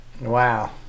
Wow